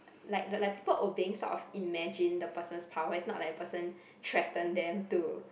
like like like people obeying sort of imagine the person's power is not like the person threaten them to